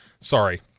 Sorry